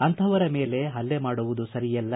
ಅಂತಹವರ ಮೇಲೆ ಪಲ್ಲೆ ಮಾಡುವುದು ಸರಿಯಲ್ಲ